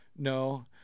No